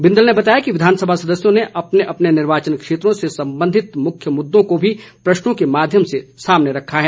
बिंदल ने बताया कि विधानसभा सदस्यों ने अपने अपने अपने निर्वाचन क्षेत्रों से संबंधित मुख्य मुददों को भी प्रश्नों के माध्यम से सामने रखा है